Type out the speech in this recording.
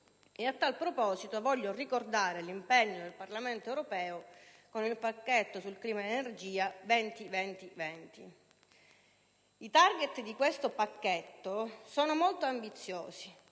a tal proposito ricordare l'impegno del Parlamento europeo con il pacchetto sul rapporto clima-energia «20-20-20». I *target* di questo pacchetto sono molto ambiziosi,